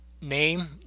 name